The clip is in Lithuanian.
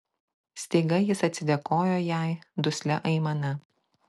staiga jis atsidėkojo jai duslia aimana